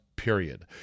Period